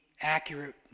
accurate